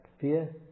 fear